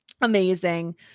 amazing